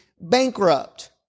bankrupt